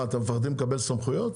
מה, אתם מפחדים לקבל סמכויות?